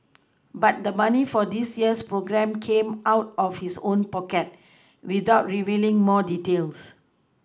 but the money for this year's programme came out of his own pocket without revealing more details